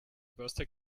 birthday